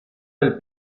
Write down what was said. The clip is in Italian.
del